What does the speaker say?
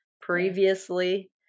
previously